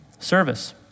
service